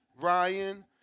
Ryan